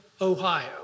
Ohio